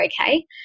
okay